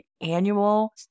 annual